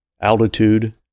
altitude